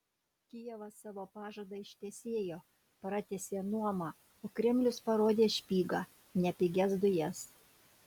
kijevas savo pažadą ištesėjo pratęsė nuomą o kremlius parodė špygą ne pigias dujas